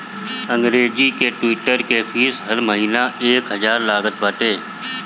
अंग्रेजी के ट्विटर के फ़ीस हर महिना एक हजार लागत बाटे